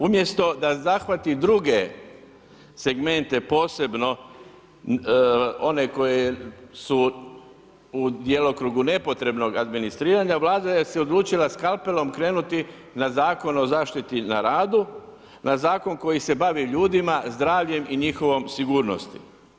Umjesto da zahvati druge segmente, posebno one koji su u djelokrugu nepotrebnog administriranja, Vlada se odlučila skalpelom krenuti na Zakon o zaštiti na radu, na zakon koji se bavi ljudima, zdravljem i njihovom sigurnosti.